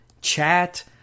chat